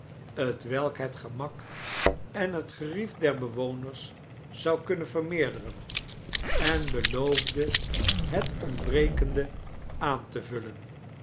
t welk het gemak en het gerief der bewoners zou kunnen vermeerderen en beloofde het ontbrekende aan te vullen